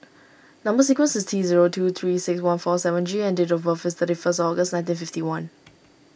Number Sequence is T zero two three six one four seven G and date of birth is thirty first August nineteen fifty one